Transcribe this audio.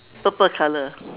purple colour